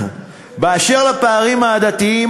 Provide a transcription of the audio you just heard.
באשר לפערים העדתיים,